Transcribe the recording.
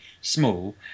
Small